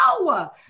No